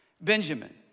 Benjamin